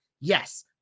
yes